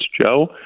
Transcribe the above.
Joe